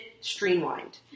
streamlined